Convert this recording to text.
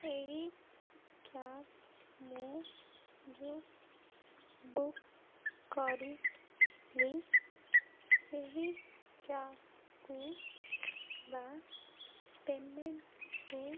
ଏହି କ୍ୟାବ୍ ମୁଁ ଯେଉଁ ବୁକ୍ କରିଥିଲି ସେହି କ୍ୟାବ୍କୁ ବା ପେମେଣ୍ଟ୍କୁ